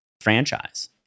franchise